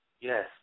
yes